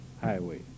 highway